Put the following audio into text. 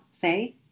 say